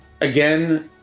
Again